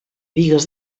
bigues